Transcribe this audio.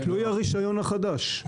תלוי הרישיון החדש.